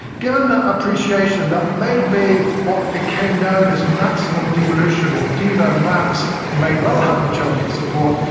given that appreciation, that may be what became known as maximum devolution or devo-max, may well have majority support.